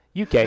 UK